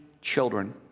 children